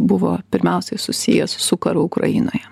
buvo pirmiausiai susijęs su karu ukrainoje